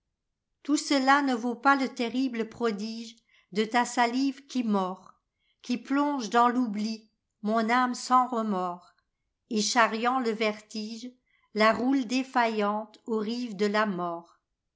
tout cela ne vaut pas le terrible prodige de ta salive qui mord qui plonge dans l'oubli mon âme sans remord et charriant le vertige la roule défaillante aux rives de la morti